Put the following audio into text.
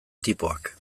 tipoak